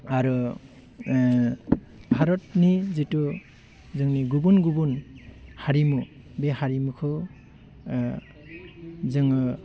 आरो भारतनि जिथु जोंनि गबुन गुबुन हारिमु बे हारिमुखौ जोङो